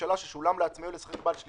מתקיימים לגביו שניים מאלה: הוא היה בעל שליטה